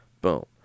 Boom